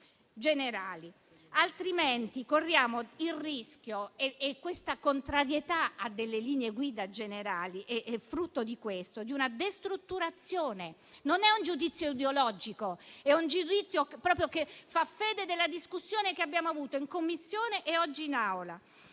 altrimenti corriamo il rischio (e questa contrarietà a linee guida generali è frutto di questo) di una destrutturazione. Non è un giudizio ideologico, ma è un giudizio che fa fede della discussione che abbiamo avuto in Commissione e oggi in Aula: